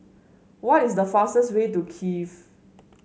what is the fastest way to Kiev